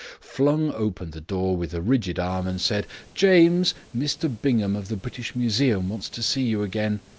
flung open the door with a rigid arm and said james, mr bingham of the british museum wants to see you again.